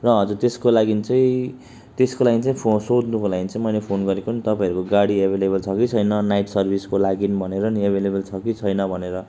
र हजुर त्यसको लागि चाहिँ त्यसको लागि चाहिँ सोध्नुको लागि चाहिँ मैले फोन गरेको अन्त तपाईँहरूको गाडी अभाइलेबल छ कि छैन नाइट सर्भिसको लागि भनेर नि अभाइलेबल छ कि छैन भनेर